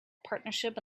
partnership